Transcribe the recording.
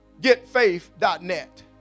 getfaith.net